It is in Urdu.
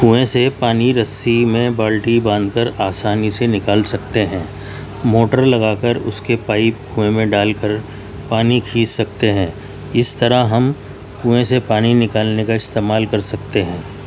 کنوئیں سے پانی رسی میں بالٹی باندھ کر آسانی سے نکال سکتے ہیں موٹر لگا کر اس کے پائپ کنوئیں میں ڈال کر پانی کھینچ سکتے ہیں اس طرح ہم کنوئیں سے پانی نکالنے کا استعمال کر سکتے ہیں